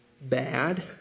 bad